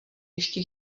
ještě